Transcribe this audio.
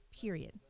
period